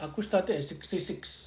aku started at sixty six